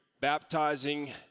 baptizing